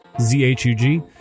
Z-H-U-G